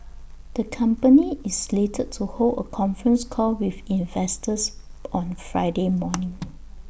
the company is slated to hold A conference call with investors on Friday morning